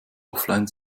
offline